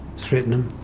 threaten them.